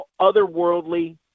otherworldly